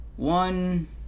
One